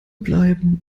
bleiben